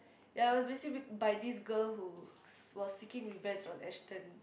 ya it was basically by this girl who was seeking revenge on Ashton